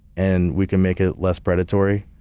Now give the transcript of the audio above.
and we can make it less predatory,